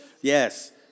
yes